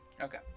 Okay